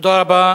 תודה רבה.